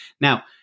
Now